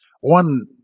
One